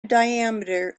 diameter